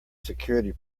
security